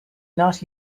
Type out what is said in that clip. not